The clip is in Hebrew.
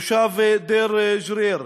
תושב דיר-ג'ריר,